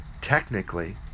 technically